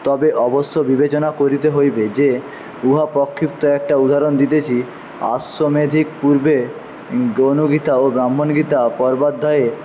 তবে অবশ্য বিবেচনা করিতে হইবে যে উহা প্রক্ষিপ্ত একটা উদাহরণ দিতেছি আশ্রমে যে পূর্বে গৌণ গীতা ও ব্রাহ্মণ গীতা পর্বাধ্যায়ে